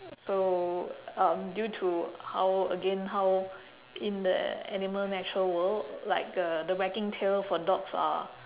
so um due to how again how in the animal natural world like uh the wagging tail for dogs are